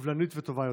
סובלנית וטובה יותר.